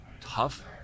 tough